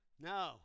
No